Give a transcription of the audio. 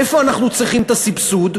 איפה אנחנו צריכים את הסבסוד?